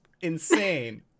insane